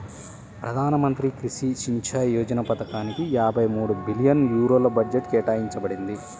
ప్రధాన మంత్రి కృషి సించాయ్ యోజన పథకానిక యాభై మూడు బిలియన్ యూరోల బడ్జెట్ కేటాయించబడింది